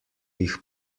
jih